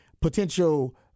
potential